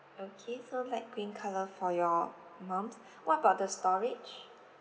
okay so light green colour for your mum's what about the storage